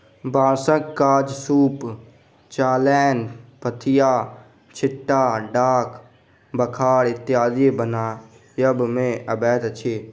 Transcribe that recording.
बाँसक काज सूप, चालैन, पथिया, छिट्टा, ढाक, बखार इत्यादि बनबय मे अबैत अछि